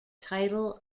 title